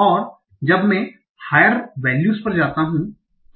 और जब मैं हायर वैल्यूस पर जाता हूं